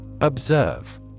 Observe